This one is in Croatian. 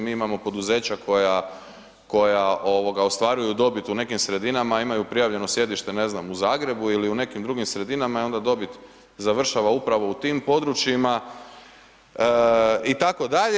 Mi imamo poduzeća koja ostvaraju dobit, u nekim sredinama imaju prijavljeno sjedište, ne znam, u Zagrebu ili u nekim drugim sredinama i onda dobit završava upravo u tim područjima itd.